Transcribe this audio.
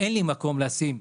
שאין לי מקום לשים,